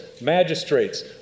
magistrates